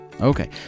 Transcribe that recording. okay